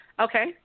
Okay